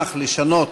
שמוסמך לשנות